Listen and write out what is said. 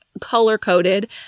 color-coded